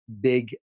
big